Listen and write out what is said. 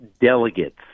delegates